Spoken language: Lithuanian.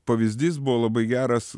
pavyzdys buvo labai geras